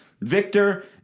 Victor